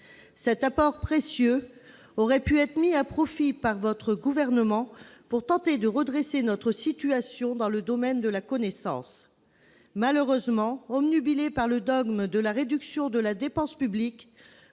Cet apport précieux aurait pu être mis à profit par le Gouvernement pour tenter de redresser notre situation dans le domaine de la connaissance. Malheureusement, obnubilés par le dogme de la réduction de la dépense publique,